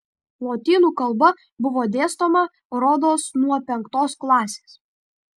lotynų kalba buvo dėstoma rodos nuo penktos klasės